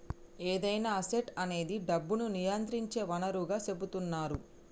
ఏదైనా అసెట్ అనేది డబ్బును నియంత్రించే వనరుగా సెపుతున్నరు